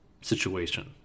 situation